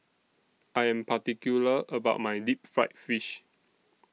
I Am particular about My Deep Fried Fish